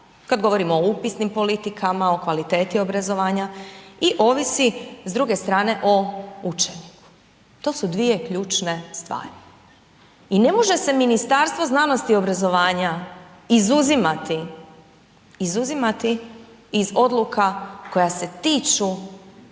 kad govorimo o upisnim politikama, o kvaliteti obrazovanja i ovisi s druge strane o učenju. To su dvije ključne stvari. I ne može se Ministarstvo znanosti i obrazovanja izuzimati iz odluka koje se tiču